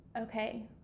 okay